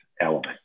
element